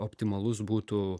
optimalus būtų